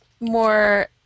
more